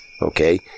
Okay